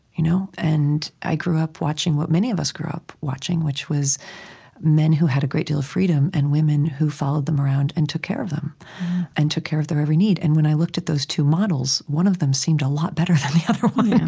you know and i grew up watching what many of us grew up watching, which was men who had a great deal of freedom, and women who followed them around and took care of them and took care of their every need. and when i looked at those two models, one of them seemed a lot better than the other one